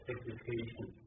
Education